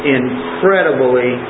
incredibly